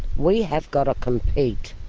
we have got to compete,